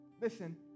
listen